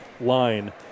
line